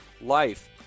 life